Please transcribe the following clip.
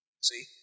See